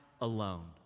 alone